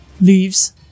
Leaves